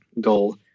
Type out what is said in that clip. goal